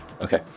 Okay